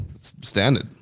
Standard